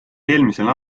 eelmisel